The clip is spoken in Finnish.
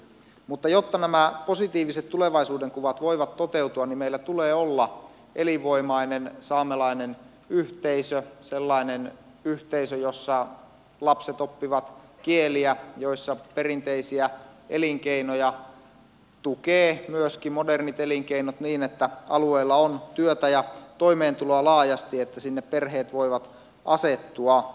mutta jotta nämä positiiviset tulevaisuudenkuvat voivat toteutua meillä tulee olla elinvoimainen saamelainen yhteisö sellainen yhteisö jossa lapset oppivat kieliä ja jossa perinteisiä elinkeinoja tukevat myöskin modernit elinkeinot niin että alueella on työtä ja toimeentuloa laajasti ja että sinne perheet voivat asettua